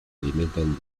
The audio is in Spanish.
alimentan